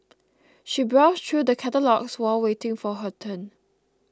she browsed through the catalogues while waiting for her turn